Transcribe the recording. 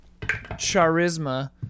Charisma